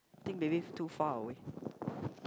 think maybe too far away